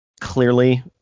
clearly